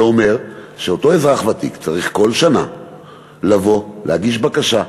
זה אומר שאותו אזרח ותיק צריך כל שנה לבוא להגיש בקשה,